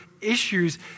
issues